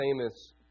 famous